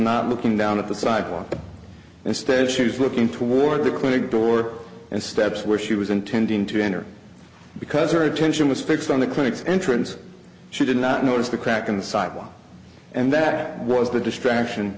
not looking down at the sidewalk instead she was looking toward the clinic door and steps where she was intending to enter because her attention was fixed on the clinic's entrance she did not notice the crack in the sidewalk and that was the distraction